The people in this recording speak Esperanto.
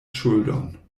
ŝuldon